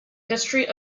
history